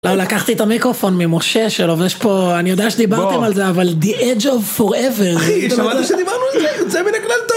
לקחתי את המיקרופון ממשה שלו ויש פה אני יודע שדיברתם על זה אבל דיאג'ו פור אבר אחי שמעת שדיברנו על זה.